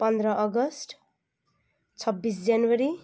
पन्ध्र अगस्ट छब्बिस जनवरी